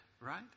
right